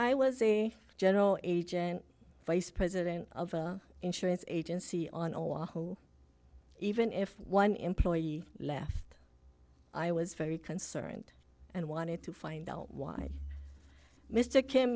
i was a general agent vice president of insurance agency on oahu even if one employee left i was very concerned and wanted to find out why mr kim